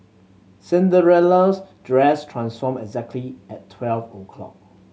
Cinderella's dress transformed exactly at twelve o' clock